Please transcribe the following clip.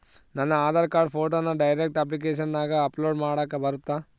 ನನ್ನ ಆಧಾರ್ ಕಾರ್ಡ್ ಫೋಟೋನ ಡೈರೆಕ್ಟ್ ಅಪ್ಲಿಕೇಶನಗ ಅಪ್ಲೋಡ್ ಮಾಡಾಕ ಬರುತ್ತಾ?